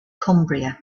cumbria